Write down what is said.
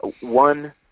one